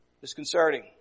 Disconcerting